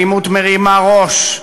האלימות מרימה ראש,